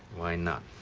why not?